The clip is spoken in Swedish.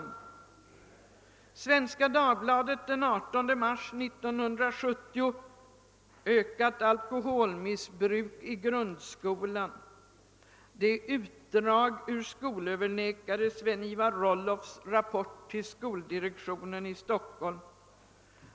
Och i Svenska Dagbladet för den 18 mars 1970 står: »Ökat alkoholmissbruk i grundskolan.« Det är utdrag ur skolöverläkare Sven-Ivar Rollofs rapport till skoldirektionen i Stockholm.